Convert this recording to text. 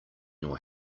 your